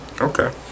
okay